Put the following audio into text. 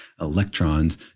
electrons